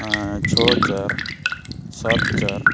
ᱪᱷᱚ ᱦᱟᱡᱟᱨ ᱥᱟᱛ ᱪᱟᱨ